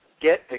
get